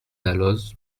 dalloz